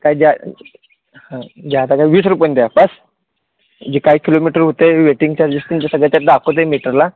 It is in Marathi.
काय द्या हं द्या आता काय वीस रुपयानं द्या बास जे काय किलोमीटर होत आहे वेटिंग चार्जेस ते सगळं त्यात दाखवतं आहे मीटरला